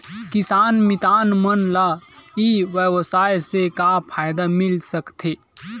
किसान मितान मन ला ई व्यवसाय से का फ़ायदा मिल सकथे?